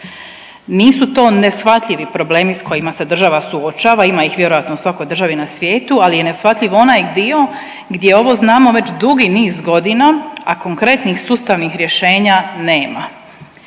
Nisu to neshvatljivi problemi s kojima se država suočava, ima ih vjerojatno u svakoj državi na svijetu, ali je neshvatljiv onaj dio gdje ovo znamo već dugi niz godina, a konkretnih sustavnih rješenja nema.